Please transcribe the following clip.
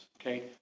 Okay